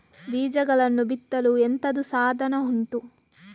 ಬೀಜಗಳನ್ನು ಬಿತ್ತಲು ಎಂತದು ಸಾಧನ ಉಂಟು?